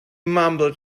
mumbled